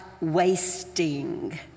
wasting